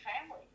family